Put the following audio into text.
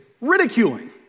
ridiculing